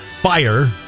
Fire